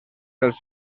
dels